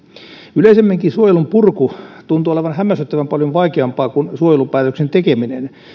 yleisemminkin suojelun purku tuntuu olevan hämmästyttävän paljon vaikeampaa kuin suojelupäätöksen tekeminen